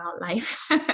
life